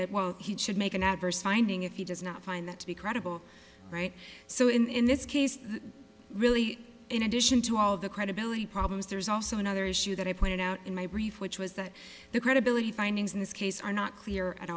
while he should make an adverse finding if he does not find that to be credible right so in this case really in addition to all the credibility problems there's also another issue that i pointed out in my brief which was that the credibility findings in this case are not clear at